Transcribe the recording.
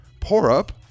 pour-up